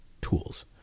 tools